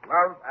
Love